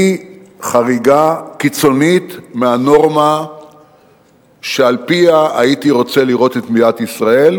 היא חריגה קיצונית מהנורמה שעל-פיה הייתי רוצה לראות את מדינת ישראל,